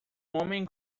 homem